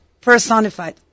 personified